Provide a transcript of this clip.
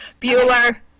bueller